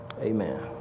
amen